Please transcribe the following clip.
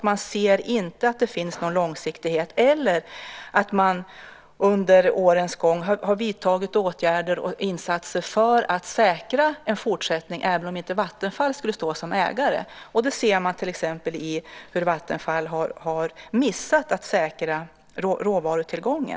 Man ser inte att det behövs någon långsiktighet och har inte under årens lopp vidtagit åtgärder och insatser för att säkra en fortsättning, även om inte Vattenfall skulle stå som ägare. Till exempel har Vattenfall missat att säkra råvarutillgången.